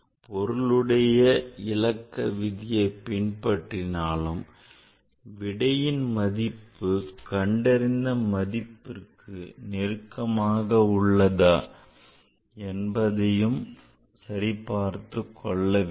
பொருளுடைய இலக்க விதியை பின்பற்றனாலும் விடையின் மதிப்பு கண்டறிந்த மதிப்பிற்கு நெருக்கமாக உள்ளதா என்பதையும் சரிபார்த்துக் கொள்ள வேண்டும்